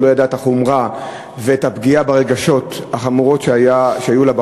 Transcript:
הוא לא ידע את החומרה ואת הפגיעה החמורה ברגשות של הבחור.